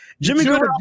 Jimmy